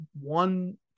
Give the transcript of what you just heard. one